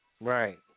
Right